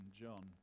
John